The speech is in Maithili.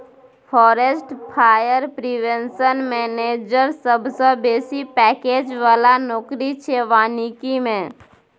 फारेस्ट फायर प्रिवेंशन मेनैजर सबसँ बेसी पैकैज बला नौकरी छै बानिकी मे